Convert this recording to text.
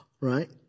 right